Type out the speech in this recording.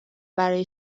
برای